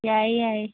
ꯌꯥꯏꯑꯦ ꯌꯥꯏꯑꯦ